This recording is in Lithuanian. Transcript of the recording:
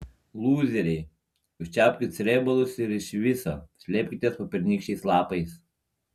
lūzeriai užčiaupkit srėbalus ir iš viso slėpkitės po pernykščiais lapais